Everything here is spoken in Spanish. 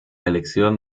elección